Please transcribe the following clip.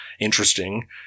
interesting